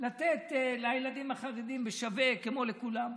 לתת לילדים החרדים בשווה כמו לכולם.